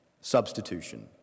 substitution